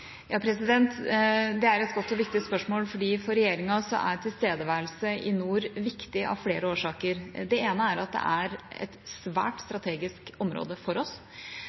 Det er et godt og viktig spørsmål. For regjeringa er tilstedeværelse i nord viktig av flere årsaker. Det ene er at det er et svært strategisk område for oss,